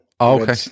Okay